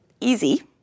easy